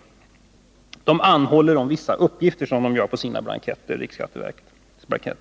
Taxeringsnämnden anhåller om vissa uppgifter, på riksskatteverkets blankett: